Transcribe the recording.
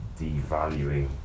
devaluing